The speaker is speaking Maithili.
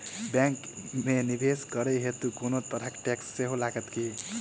बैंक मे निवेश करै हेतु कोनो तरहक टैक्स सेहो लागत की?